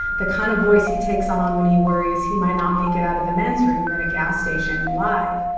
the kind of voice he takes on when he worries he might not make it out of the men's room at a gas station alive.